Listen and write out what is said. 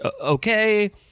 okay